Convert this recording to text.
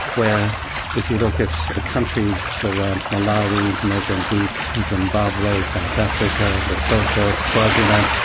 where if you look at countries around malawi, mozambique, zimbabwe, south africa, lesotho, swaziland,